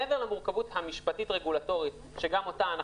מעבר למורכבות המשפטית-רגולטורית שגם לגבי זה